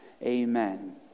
Amen